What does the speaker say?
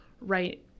right